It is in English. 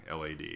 LAD